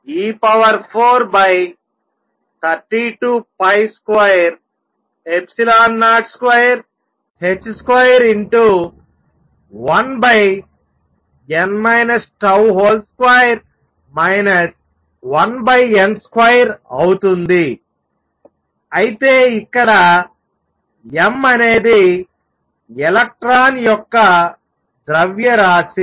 ఇది mZ2e432202h21n τ2 1n2అవుతుంది అయితే ఇక్కడ m అనేది ఎలక్ట్రాన్ యొక్క ద్రవ్యరాశి